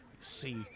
See